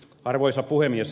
arvoisa puhemies